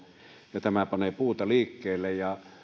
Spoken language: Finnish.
ja tämä panee puuta liikkeelle